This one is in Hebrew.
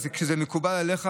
אם זה מקובל עליך,